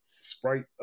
sprite